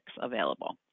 available